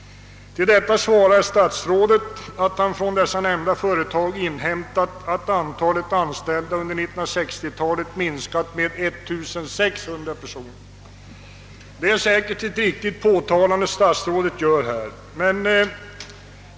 Till detta anför herr statsrådet att han från dessa företag inhämtat att antalet anställda under 1960-talet minskat med 1 600 personer. Det statsrådet säger är säkert riktigt.